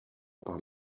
par